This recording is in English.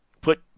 put